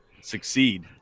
succeed